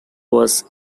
was